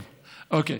טוב, אוקיי.